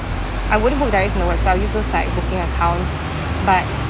I wouldn't book directly from the website I will use those like booking accounts but